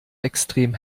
extrem